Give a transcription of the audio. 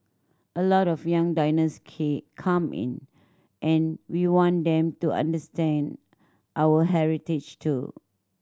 a lot of young diners came come in and we want them to understand our heritage too